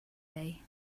day